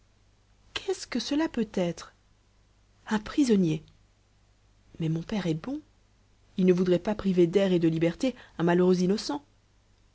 qu'est-ce que cela peut être un prisonnier mais mon père est bon il ne voudrait pas priver d'air et de liberté un malheureux innocent